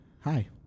Hi